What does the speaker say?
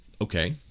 Okay